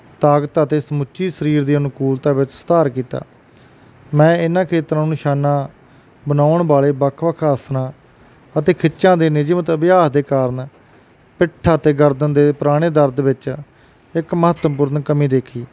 ਤਾਕਤ ਅਤੇ ਸਮੁੱਚੀ ਸਰੀਰ ਦੀ ਅਨੁਕੂਲਤਾ ਵਿੱਚ ਸੁਧਾਰ ਕੀਤਾ ਮੈਂ ਇਹਨਾਂ ਖੇਤਰਾਂ ਨੂੰ ਨਿਸ਼ਾਨਾ ਬਣਾਉਣ ਵਾਲੇ ਵੱਖ ਵੱਖ ਆਸਣਾਂ ਅਤੇ ਖਿੱਚਾਂ ਦੇ ਨਿਯਮਿਤ ਅਭਿਆਸ ਦੇ ਕਾਰਨ ਪਿੱਠ ਅਤੇ ਗਰਦਨ ਦੇ ਪੁਰਾਣੇ ਦਰਦ ਵਿੱਚ ਇੱਕ ਮਹੱਤਵਪੂਰਨ ਕਮੀ ਦੇਖੀ